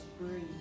breathe